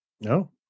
no